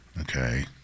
okay